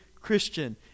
Christian